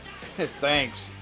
Thanks